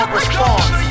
response